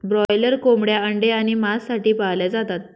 broiler कोंबड्या अंडे आणि मांस साठी पाळल्या जातात